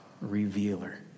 revealer